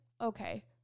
okay